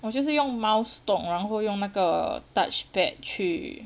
我就是用 mouse 动然后用那个 touchpad 去